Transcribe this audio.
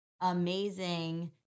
amazing